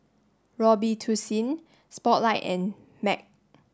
Robitussin Spotlight and MAG